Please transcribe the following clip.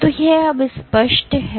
तो यह अब स्पष्ट है